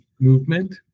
movement